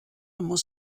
muss